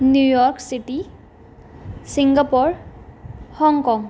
New York city Singapore Hong Kong